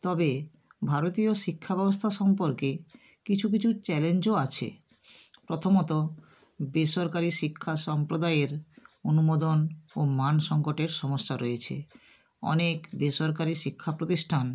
তবে ভারতীয় শিক্ষাব্যবস্থা সম্পর্কে কিছু কিছু চ্যালেঞ্জও আছে প্রথমত বেসরকারি শিক্ষা সম্প্রদায়ের অনুমোদন ও মান সংকটের সমস্যা রয়েছে অনেক বেসরকারি শিক্ষা প্রতিষ্ঠান